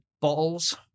bottles